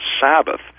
Sabbath